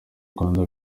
rwanda